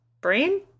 Brain